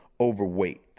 overweight